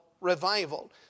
revival